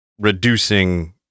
reducing